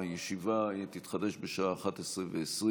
הישיבה תתחדש בשעה 11:20,